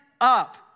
Up